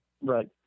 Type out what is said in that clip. Right